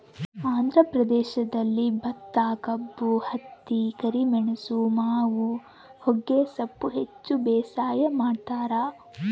ಆಂಧ್ರ ಪ್ರದೇಶದಲ್ಲಿ ಭತ್ತಕಬ್ಬು ಹತ್ತಿ ಕರಿಮೆಣಸು ಮಾವು ಹೊಗೆಸೊಪ್ಪು ಹೆಚ್ಚು ಬೇಸಾಯ ಮಾಡ್ತಾರ